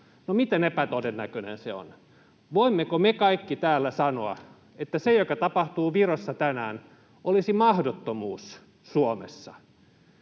miten epätodennäköinen se on? Voimmeko me kaikki täällä sanoa, että se, mitä tapahtuu Virossa tänään, olisi mahdottomuus Suomessa?